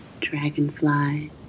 dragonfly